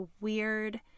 weird